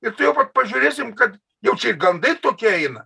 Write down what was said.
ir tuojau pat pažiūrėsim kad jau čia ir gandai tokie eina